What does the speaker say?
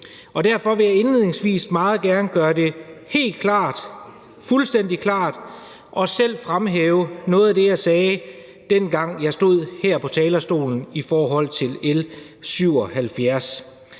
Derfor vil jeg indledningsvis meget gerne gøre det helt og fuldstændig klart og fremhæve noget af det selv, som jeg sagde, dengang jeg stod her på talerstolen, i forhold til L 77.